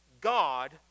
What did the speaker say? God